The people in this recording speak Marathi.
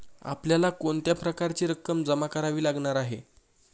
आपल्याला कोणत्या प्रकारची रक्कम जमा करावी लागणार आहे?